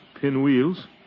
pinwheels